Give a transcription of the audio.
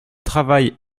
travail